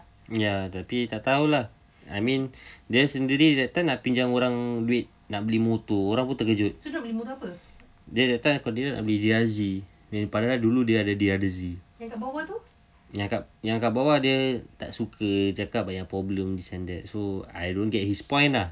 ya tapi tak tahu lah I mean dia sendiri that time nak pinjam orang duit nak beli motor orang pun terkejut entah kalau tidak dia nak beli D_R_Z padahal dulu dia ada D_R_Z yang kat yang kat bawah dia tak suka dia cakap banyak problem this and that so I don't get his point ah